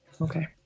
okay